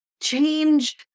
change